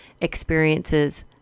experiences